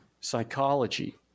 psychology